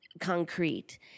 concrete